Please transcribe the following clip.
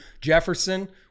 Jefferson –